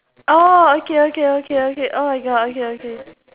oh okay okay okay okay oh my god okay okay